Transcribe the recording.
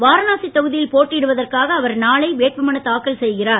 வாரணாசி தொகுதியில் போட்டியிடுவதற்காக அவர் நாளை வேட்புமனு தாக்கல் செய்கிறார்